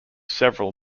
several